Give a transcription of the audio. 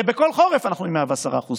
הרי בכל חורף אנחנו עם 110% תפוסה,